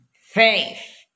faith